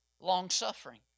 long-suffering